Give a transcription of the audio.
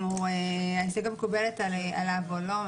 אם ההסתייגות מקובלת עליו או לא.